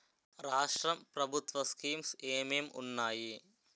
రాష్ట్రం ప్రభుత్వ స్కీమ్స్ ఎం ఎం ఉన్నాయి?